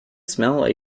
smell